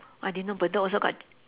!wah! didn't know bedok also got